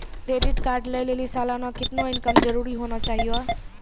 Credit card लय लेली सालाना कितना इनकम जरूरी होना चहियों?